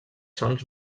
sons